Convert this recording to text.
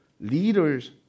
leaders